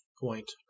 point